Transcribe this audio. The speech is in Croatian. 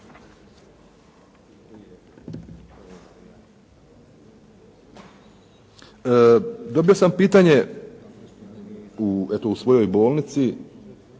Dobio sam pitanje eto u svojoj bolnici,